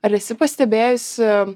ar esi pastebėjusi